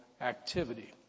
activity